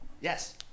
Yes